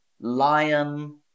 Lion